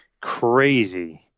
crazy